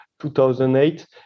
2008